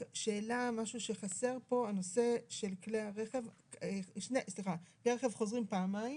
רק שאלה, כלי הרכב חוזרים פעמיים.